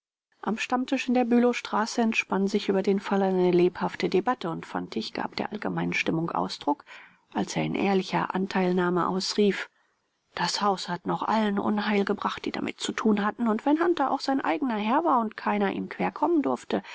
am stammtisch in der bülowstraße entspann sich über den fall eine lebhafte debatte und fantig gab der allgemeinen stimmung ausdruck als er in ehrlicher anteilnahme ausrief das haus hat noch allen unheil gebracht die damit zu tun hatten und wenn hunter auch sein eigener herr war und keiner ihm querkommen durfte